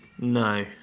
No